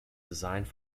designed